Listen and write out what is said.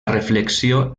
reflexió